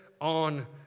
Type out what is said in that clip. on